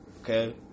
okay